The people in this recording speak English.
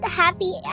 happy